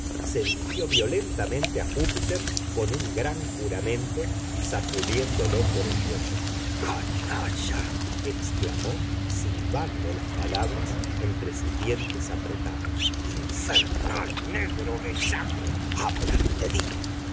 se dirigió violentamente a júpiter con un gran juramento sacudiéndolo por el cuello canalla exclamó silbando las palabras entre sus dientes apretados infernal negro bellaco habla te digo